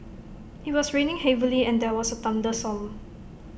IT was raining heavily and there was A thunderstorm